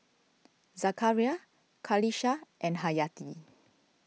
Zakaria Qalisha and Hayati